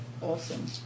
Awesome